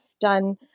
done